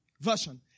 version